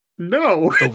No